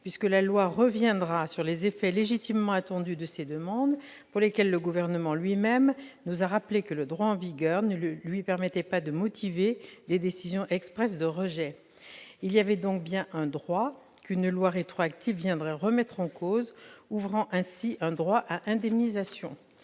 puisque la loi reviendra sur les effets légitimement attendus de ces demandes, pour lesquelles le Gouvernement lui-même nous a rappelé que le droit en vigueur ne lui permettait pas de motiver des décisions expresses de rejet : il y a donc bien un droit qu'une loi rétroactive viendrait remettre en cause, ouvrant ainsi un droit à indemnisation.